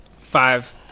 five